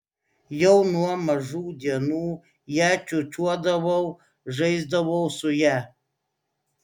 jau nuo mažų dienų ją čiūčiuodavau žaisdavau su ja